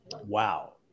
Wow